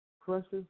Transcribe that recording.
precious